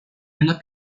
nella